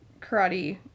karate